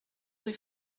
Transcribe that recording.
rue